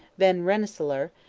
van rensselaer,